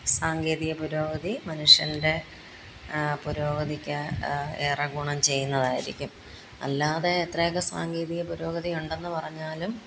സാങ്കേതിക പുരോഗതി മനുഷ്യൻ്റെ പുരോഗതിക്ക് ഏറെ ഗുണം ചെയ്യുന്നതായിരിക്കും അല്ലാതെ എത്രയൊക്കെ സാങ്കേതിക പുരോഗതി ഉണ്ടെന്ന് പറഞ്ഞാലും